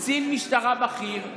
קצין משטרה בכיר,